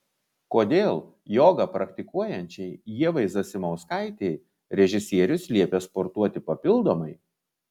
kodėl jogą praktikuojančiai ievai zasimauskaitei režisierius liepė sportuoti papildomai